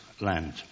land